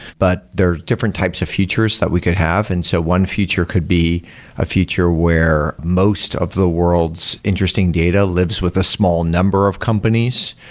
but there are different types of futures that we could have, and so one future could be a future where most of the world's interesting data lives with a small number of companies,